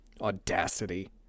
audacity